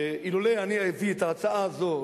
שאילולא אביא את ההצעה הזו,